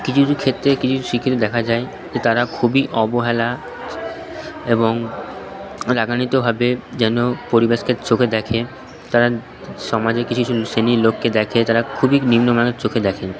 কিছু কিছু ক্ষেত্রে কিছু কিছু শিক্ষিত দেখা যায় যে তারা খুবই অবহেলা এবং রাগান্বিতভাবে যেন পরিবেশকে চোখে দেখে তারা সমাজের কিছু কিছু শ্রেণির লোককে দেখে তারা খুবই নিম্নমানের চোখে দেখে